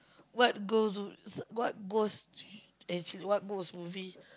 what ghost what ghost actually what ghost movie